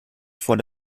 vor